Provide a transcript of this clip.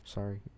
Sorry